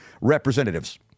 representatives